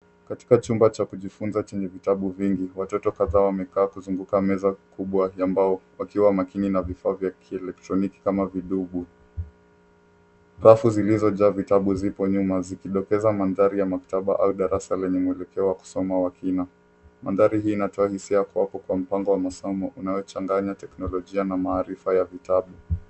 Katika chumba cha kujifunza chenye vitabu vingi, watoto kadhaa wamekaa kuzunguka meza kubwa ya mbao, wakiwa makini na vifaa vya elektroniki kama vidugu. Rafu zilizojaa vitabu zipo nyuma, zikidokeza mandhari ya maktaba au darasa lenye mwelekeo wa kusoma wa kina. Mandhari hii inatoa hisia poa kwa mpango wa masomo unaochanganya teknolojia na maarifa ya vitabu.